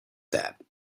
that